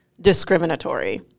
discriminatory